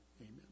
Amen